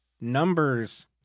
numbers